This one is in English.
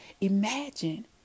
imagine